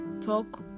talk